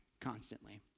constantly